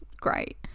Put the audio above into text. great